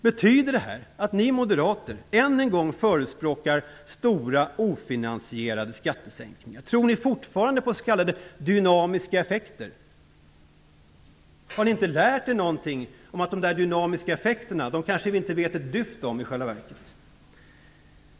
Betyder det här att ni moderater än en gång förespråkar stora ofinansierade skattesänkningar? Tror ni fortfarande på s.k. dynamiska effekter? Har ni inte lärt er någonting av att vi själva verket kanske inte vet ett dyft om de där dynamiska effekterna?